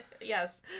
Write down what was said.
Yes